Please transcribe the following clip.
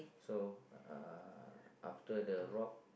so uh after the rock